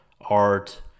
art